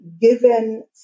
given